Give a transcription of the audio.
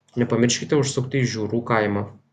nepamirškite užsukti į žiurų kaimą